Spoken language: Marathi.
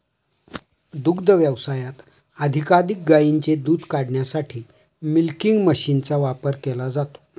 दुग्ध व्यवसायात अधिकाधिक गायींचे दूध काढण्यासाठी मिल्किंग मशीनचा वापर केला जातो